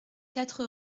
quatre